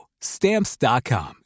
Stamps.com